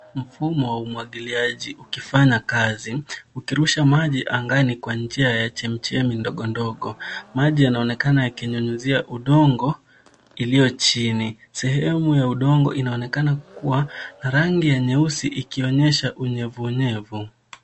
Mfumo wa umwagiliaji ukifanya kazi, ukirusha maji angani kwa njia ya chemchemi ndogo ndogo. Maji yanaonekana yakinyunyuzia udongo iliyo chini. Sehemu ya udongo inaonekana kuwa na rangi ya nyeusi, ikionyesha unyevunyevu.